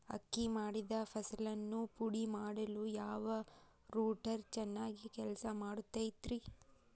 ಅಕ್ಕಿ ಮಾಡಿದ ಫಸಲನ್ನು ಪುಡಿಮಾಡಲು ಯಾವ ರೂಟರ್ ಚೆನ್ನಾಗಿ ಕೆಲಸ ಮಾಡತೈತ್ರಿ?